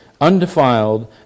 undefiled